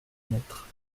maître